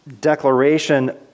declaration